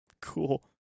Cool